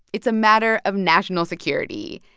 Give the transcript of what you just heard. it's a matter of national security.